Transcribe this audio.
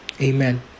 Amen